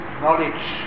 knowledge